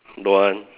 don't want